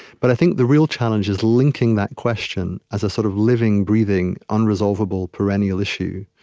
but i think the real challenge is linking that question, as a sort of living, breathing, unresolvable, perennial issue,